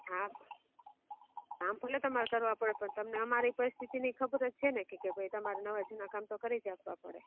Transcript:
હા કામ ભલે તમારે કરવાં પડે પણ તમને અમારી પરિસ્થિતિની તો ખબર જ છે ને કે કે ભાઈ તમારે નવાં જૂનાં કામ તો કરી જ આપવા પડે